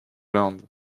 land